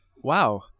Wow